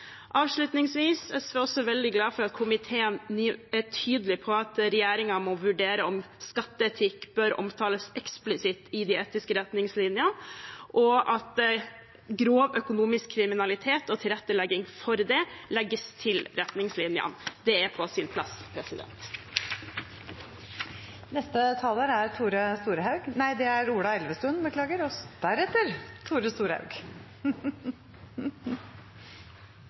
Avslutningsvis er SV også veldig glad for at komiteen er tydelig på at regjeringen må vurdere om skatteetikk bør omtales eksplisitt i de etiske retningslinjene, og at grov økonomisk kriminalitet og tilrettelegging for det legges til retningslinjene. Det er på sin plass.